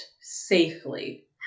safely